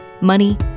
money